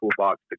toolbox